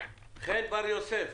חן בר יוסף,